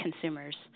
consumers